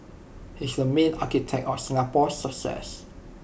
he's the main architect of Singapore's success